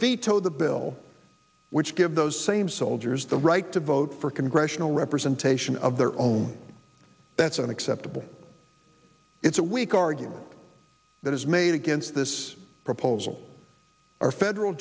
veto the bill which gives those same soldiers the right to vote for congressional representation of their own that's unacceptable it's a weak argument that is made against this proposal our federal